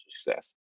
success